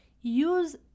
use